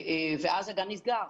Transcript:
ואז הגן נסגר.